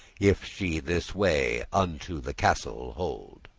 if she this way unto the castle hold.